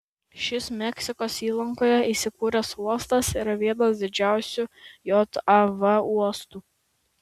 šis meksikos įlankoje įsikūręs uostas yra vienas didžiausių jav uostų